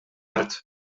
art